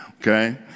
okay